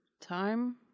time